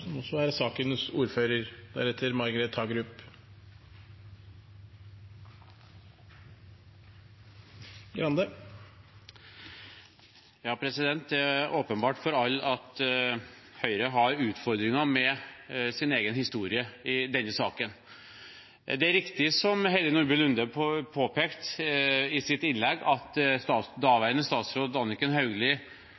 som er det beste på det området. Det er åpenbart for alle at Høyre har utfordringer med sin egen historie i denne saken. Det er riktig, som Heidi Nordby Lunde påpekte i sitt innlegg, at